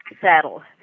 saddle